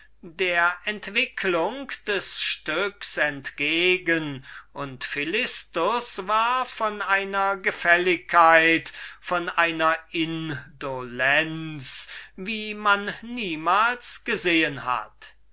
der entwicklung des stücks entgegen und philistus war von einer gefälligkeit von einer indolenz wie man niemals gesehen hat